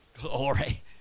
Glory